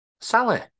Sally